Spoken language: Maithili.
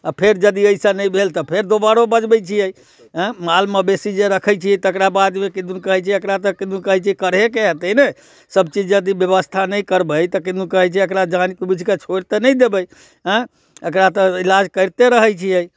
आ फेर यदि एहिसँ नहि भेल तऽ फेर दोबारो बजबै छियै एँ माल मवेशी जे रखै छियै तकरा बादमे किदन कहै छै एकरा तऽ किदन कहै छै कि करहेके हेतै ने सभचीज यदि व्यवस्था नहि करबै तऽ किदन कहै छै एकरा जानि बूझि कऽ छोड़ि तऽ नहि देबै एँ एकरा तऽ इलाज करिते रहै छियै